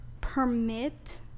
permit